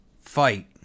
fight